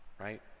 right